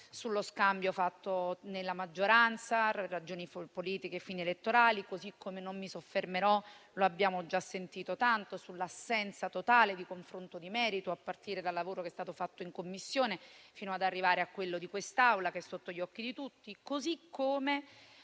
sullo scambio fatto nella maggioranza, tra ragioni politiche e fini elettorali, così come non mi soffermerò - lo abbiamo già sentito tanto - sull'assenza totale di confronto di merito, a partire dal lavoro che è stato fatto in Commissione, fino ad arrivare a quello di quest'Aula, che è sotto gli occhi di tutti. Proverò